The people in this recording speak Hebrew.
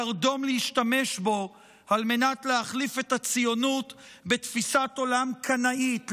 קרדום להשתמש בו על מנת להחליף את הציונות בתפיסת עולם קנאית,